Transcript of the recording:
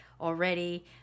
already